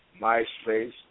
MySpace